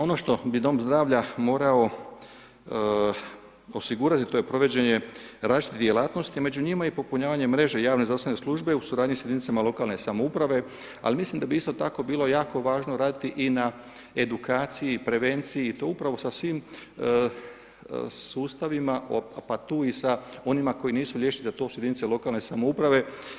Ono što bi dom zdravlja mora osigurati to je proviđenje različitih djelatnosti, među njima i popunjavanje mreže javne zdravstvene službe u suradnji s jedinicama lokalne samouprave, ali mislim da bi isto tako bilo jako važno raditi i na edukaciji, prevenciji i to upravo sa svim sustavima pa tu i sa onima koji nisu liječnici da to su jedinice lokalne samouprave.